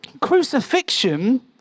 crucifixion